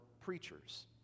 preachers